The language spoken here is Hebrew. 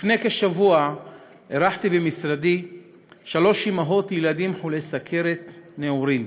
לפני כשבוע אירחתי במשרדי שלוש אימהות לילדים חולי סוכרת נעורים